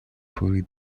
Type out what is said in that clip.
fully